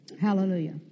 Hallelujah